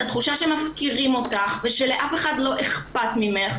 התחושה שמפקירים אותך ושלאף אחד לא אכפת ממך.